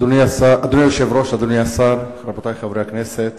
אדוני היושב-ראש, אדוני השר, רבותי חברי הכנסת,